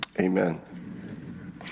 amen